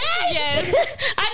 Yes